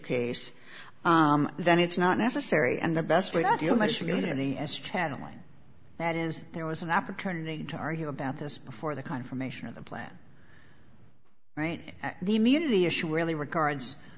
case then it's not necessary and the best way to deal much unity as channeling that is there was an opportunity to argue about this before the confirmation of the plan right the immunity issue really regards